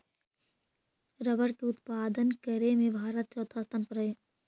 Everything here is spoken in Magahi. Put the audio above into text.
रबर के उत्पादन करे में भारत चौथा स्थान पर हई